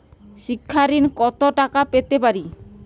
শিক্ষা ঋণ কত টাকা পেতে পারি?